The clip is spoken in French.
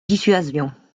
dissuasion